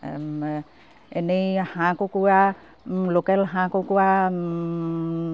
এনেই হাঁহ কুকুৰা লোকেল হাঁহ কুকুৰা